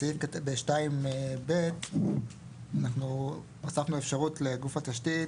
ב-2(ב) אנחנו הוספנו אפשרות לגוף התשתית,